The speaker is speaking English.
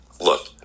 look